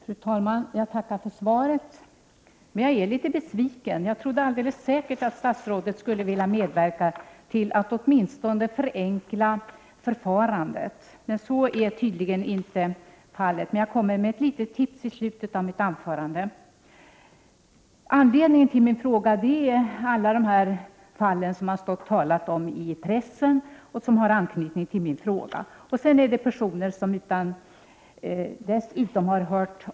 Fru talman! Jag tackar för svaret. Men jag måste säga att jag är litet besviken. Jag var helt säker på att statsrådet skulle vilja medverka åtminstone när det gällde att förenkla förfarandet i detta avseende. Så är dock tydligen inte fallet. Jag kommer emellertid med ett litet tips i slutet av mitt anförande. Anledningen till min fråga är alla de fall som det har talats om i pressen. Olika personer har också hört av sig till mig.